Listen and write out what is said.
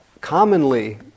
commonly